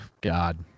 God